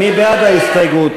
מי בעד ההסתייגות?